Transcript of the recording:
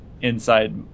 inside